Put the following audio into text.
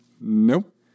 Nope